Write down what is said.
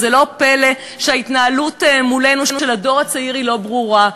וזה לא פלא שההתנהלות של הדור הצעיר מולנו היא לא ברורה.